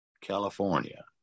California